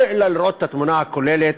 אלא לראות את התמונה הכוללת,